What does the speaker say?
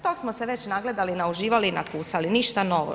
Tog smo se već nagledali, nauživali i nakusali, ništa novo.